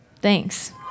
Thanks